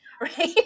right